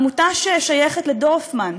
עמותה ששייכת לדורפמן,